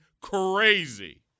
crazy